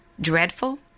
dreadful